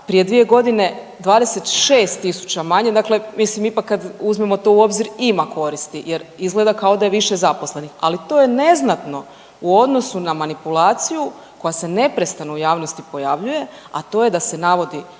prije 2 godine 26.000 manje, dakle mislim ipak kad uzmemo to u obzir ima koristi jer izgleda kao da je više zaposlenih. Ali to je neznatno u odnosu na manipulaciju koja se neprestano u javnosti pojavljuje, a to je da se navodi